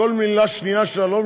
כל מילה שנייה שלה,